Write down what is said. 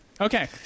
Okay